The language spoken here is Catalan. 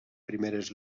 primeres